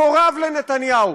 מקורב לנתניהו.